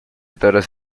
toros